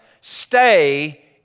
Stay